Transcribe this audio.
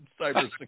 Cybersecurity